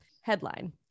headline